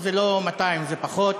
זה לא 200, זה פחות.